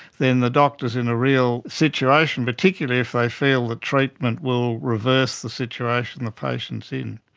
then the doctor's in a real situation, particularly if they feel the treatment will reverse the situation the patient's in.